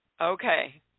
Okay